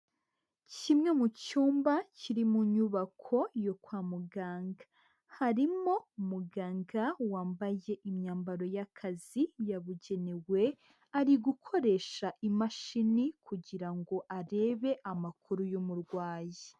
Kimwe mu cyumba kiri mu nyubako yo kwa muganga. Harimo umuganga wambaye imyambaro y'akazi yabugenewe, ari gukoresha imashini kugira ngo arebe amakuru y'umurwayi.